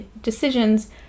decisions